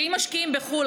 שאם משקיעים בחו"ל,